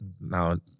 now